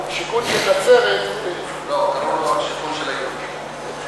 השיכון של נצרת, לא, קראו לה "השיכון של היהודים".